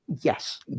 Yes